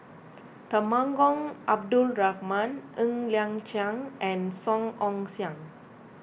Temenggong Abdul Rahman Ng Liang Chiang and Song Ong Siang